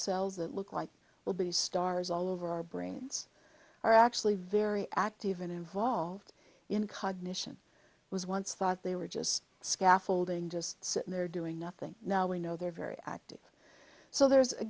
cells that look like will be stars all over our brains are actually very active and involved in cognition was once thought they were just scaffolding just sitting there doing nothing now we know they're very active so there's a